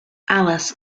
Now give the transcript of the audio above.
alice